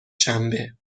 شنبه